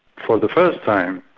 for the first time,